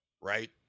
right